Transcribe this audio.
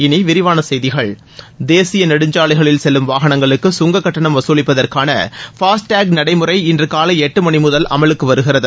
இனி விரிவான செய்திகள் தேசிய நெடுஞ்சாலைகளில் செல்லும் வாகனங்களுக்கு சுங்கக் கட்டணம் வசூலிப்பதற்கான ஃபாஸ்டாக் நடைமுறை இன்றுகாலை எட்டு மணி முதல் அமலுக்கு வருகிறது